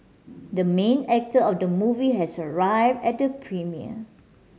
the main actor of the movie has arrived at the premiere